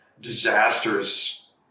disastrous